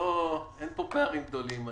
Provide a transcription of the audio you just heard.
אין פה פערים גדולים.